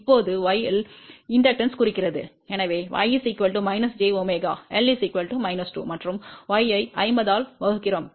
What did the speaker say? இப்போது y இல் தூண்டலைக் குறிக்கிறது எனவே y −jω L −2 மற்றும் y ஐ 50 ஆல் வகுக்கிறோம்